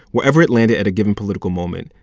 wherever it landed at a given political moment,